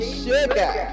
sugar